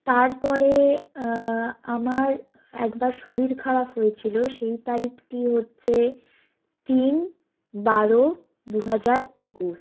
তার পরে আমার একবার শরীর খারাপ হয়েছিল সেই তারিখটি হচ্ছে তিন বারো দুহাজার একুশ